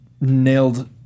nailed